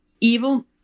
evil